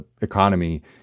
economy